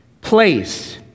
Place